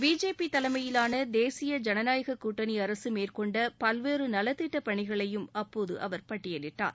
BJP தலைமையிலான தேசிய ஜனநாயக கூட்டணி அரசு மேற்கொண்ட பல்வேறு நலத்திட்டப் பணிகளையும் அப்போது அவர் பட்டியலிட்டார்